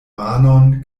manon